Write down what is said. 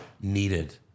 needed